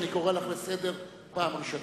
אני קורא לך לסדר פעם ראשונה.